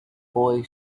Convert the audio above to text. boy